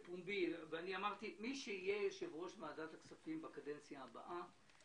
אמרתי שמי שיהיה יושב-ראש ועדת הכספים בקדנציה הבאה,